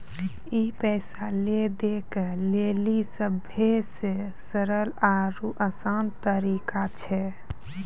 ई पैसा लै दै के लेली सभ्भे से सरल आरु असान तरिका छै